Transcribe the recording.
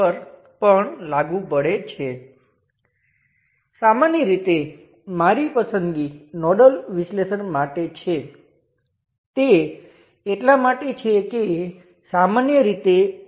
હવે તે હંમેશા આ રીતે કામ કરે છે તમે કોઈપણ ઘટકને વોલ્ટેજ સ્ત્રોત સાથે બદલી શકો છો જેનું મૂલ્ય ઘટક પરનો વોલ્ટેજ જેટલું હોય અને તે જ રીતે કરંટસ્ત્રોત માટે પણ